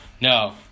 no